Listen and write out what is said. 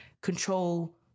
control